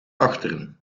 achteren